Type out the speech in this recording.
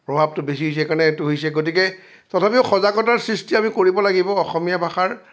প্ৰভাৱটো বেছি হৈছে কাৰণে এইটো হৈছে গতিকে তথাপিও সজাগতাৰ সৃষ্টি আমি কৰিব লাগিব অসমীয়া ভাষাৰ